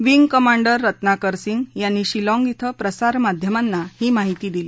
wing commander Ratnakar Singh यांनी शिलाँग धिं प्रसार माध्यमांना ही माहिती दिली